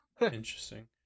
Interesting